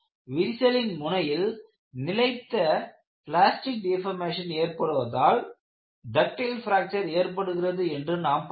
விரிசலின் முனையில் நிலைத்த பிளாஸ்டிக் டெபார்மஷன் ஏற்படுவதால் டக்டைல் பிராக்ச்சர் ஏற்படுகிறது என்று நாம் பார்த்தோம்